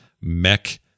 Mech